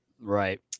right